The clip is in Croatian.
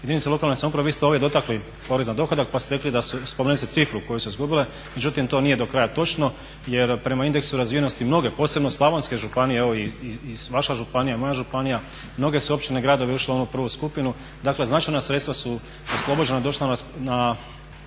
jedinice lokalne samouprave, vi ste ovdje dotakli porez na dohodak pa ste spomenuli cifru koju su izgubile, međutim to nije do kraja točno jer prema indeksu razvijenosti mnoge, posebno slavonske županije, evo i naša županija, moja županija, mnoge su općine i gradovi ušle u onu prvu skupinu. Dakle značajna sredstva oslobođena došla na